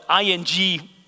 ING